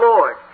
Lord